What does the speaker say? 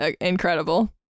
incredible